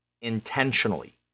intentionally